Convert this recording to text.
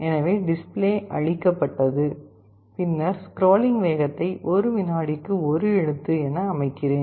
எனவே டிஸ்ப்ளே அழிக்கப்பட்டது பின்னர் ஸ்க்ரோலிங் வேகத்தை ஒரு வினாடிக்கு ஒரு எழுத்து என அமைக்கிறேன்